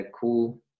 cool